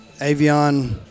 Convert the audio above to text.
avion